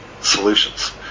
solutions